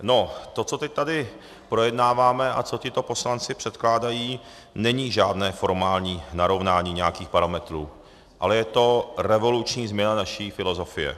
No, co teď tady projednáváme a co tito poslanci předkládají, není žádné formální narovnání nějakých parametrů, ale je to revoluční změna naší filozofie.